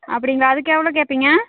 அப்படிங்களா அதுக்கு எவ்வளோ கேட்பிங்க